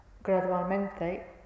gradualmente